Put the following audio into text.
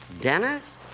Dennis